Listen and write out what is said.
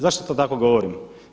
Zašto to tako govorim?